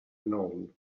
known